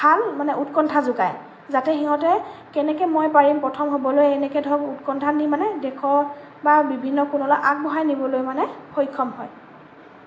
ভাল মানে উৎকণ্ঠা যোগায় যাতে সিহঁতে কেনেক মই পাৰিম প্ৰথম হ'বলৈ এনেকে ধৰক উৎকণ্ঠা নি মানে দেশৰ বা বিভিন্ন কোণলৈ আগবঢ়াই নিবলৈ মানে সক্ষম হয়